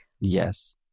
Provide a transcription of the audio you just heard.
Yes